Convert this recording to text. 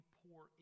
pour